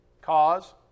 Cause